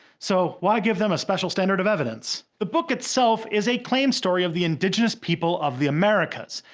so why give them a special standard of evidence? the book itself is a claimed story of the indigenous people of the americas,